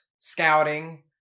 Scouting